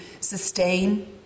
sustain